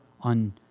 on